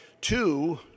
Two